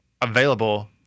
available